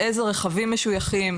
איזה רכבים משויכים?